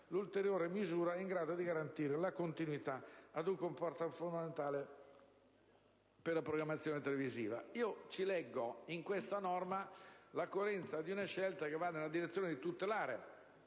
l'ulteriore misura in grado di garantire la continuità a un comparto fondamentale per la programmazione legata al territorio. In questa norma leggo la coerenza di una scelta che va nella direzione di tutelare